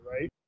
right